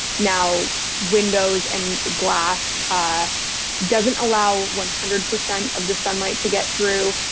now windows and glass doesn't allow one hundred percent of the sunlight to get through.